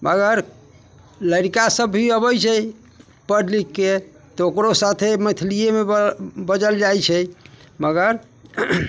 मगर लड़िका सभ भी अबै छै पढ़ि लिखिके तऽ ओकरो साथ मैथिलीएमे बऽ बजल जाइ छै मगर